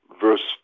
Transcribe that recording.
verse